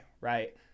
right